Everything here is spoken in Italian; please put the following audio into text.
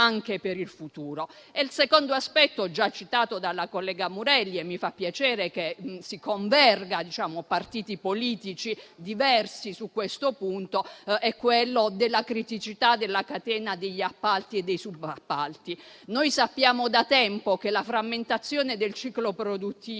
Il secondo aspetto, già citato dalla collega Murelli (e mi fa piacere che si converga da partiti politici diversi su questo punto), è quello della criticità della catena degli appalti e dei subappalti. Noi sappiamo da tempo che la frammentazione del ciclo produttivo